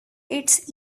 its